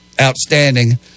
outstanding